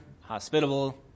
hospitable